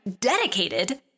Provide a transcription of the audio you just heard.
dedicated